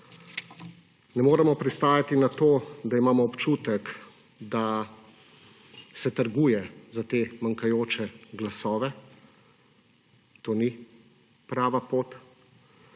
Ne moremo pristajati na to, da imamo občutek, da se trguje za te manjkajoče glasove. To ni prava pot